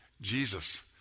Jesus